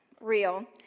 real